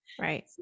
right